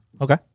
Okay